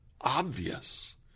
obvious